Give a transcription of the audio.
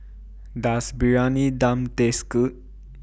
Does Briyani Dum Taste Good